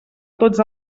tots